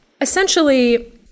essentially